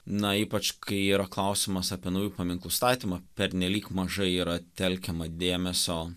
na ypač kai yra klausimas apie naujų paminklų statymą pernelyg mažai yra telkiama dėmesio